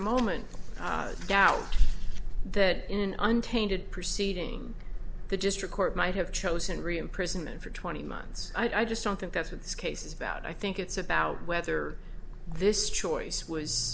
moment doubt that in an untainted proceeding the district court might have chosen re imprisonment for twenty months i just don't think that's what this case is about i think it's about whether this choice was